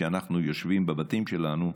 כשאנחנו יושבים בבתים שלנו,